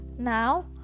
Now